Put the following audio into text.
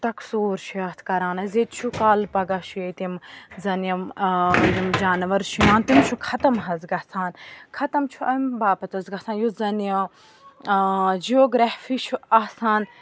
ٹکسوٗر چھِ یتھ کَران حظ ییٚتہِ چھُ کالہٕ پَگہ چھُ ییٚتہِ یِم زَن یِم یِم جانوَر چھِ یِوان تِم چھُ ختم حظ گژھان ختم چھُ اَمہِ باپَت حظ گَژھان یُس زَن یہِ جِیوگرٛیفی چھُ آسان